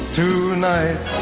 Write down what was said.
tonight